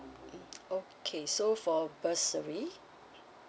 mm okay so for bursary